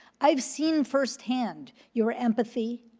i've seen firsthand your empathy,